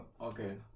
Okay